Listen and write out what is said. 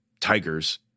tigers